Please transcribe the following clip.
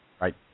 Right